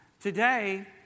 Today